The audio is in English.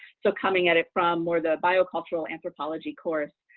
so coming at it from more the biocultural anthropology course,